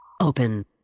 Open